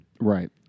Right